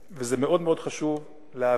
ולכן מאוד מאוד חשוב להבהיר,